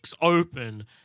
open